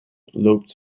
loopt